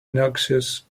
noxious